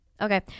Okay